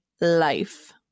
life